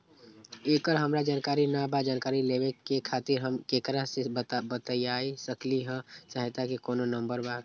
एकर हमरा जानकारी न बा जानकारी लेवे के खातिर हम केकरा से बातिया सकली ह सहायता के कोनो नंबर बा?